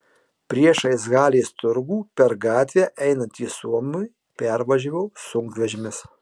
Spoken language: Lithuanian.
priešais halės turgų per gatvę einantį suomį pervažiavo sunkvežimis